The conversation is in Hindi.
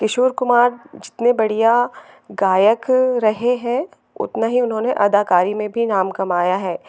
किशोर कुमार जितने बढ़िया गायक रहें हैं उतना ही उन्होंने अदाकारी में भी नाम कमाया है